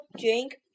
drink